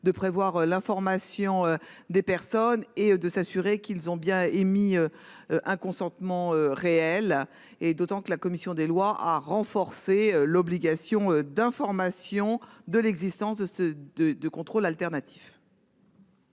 de prévoir l'information des personnes et de s'assurer qu'ils ont bien émis. Un consentement réel et d'autant que la commission des lois à renforcer l'obligation d'information de l'existence de ce, de, de contrôle alternatifs.